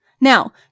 Now